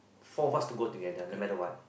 four of us go together no matter what